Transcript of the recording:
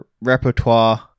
repertoire